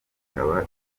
bikaba